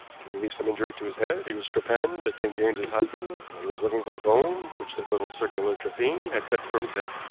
to relieve some injury to his head, he was trepanned at st. james's hospital, and he was looking for the bone which the little circular trephine had cut from his head.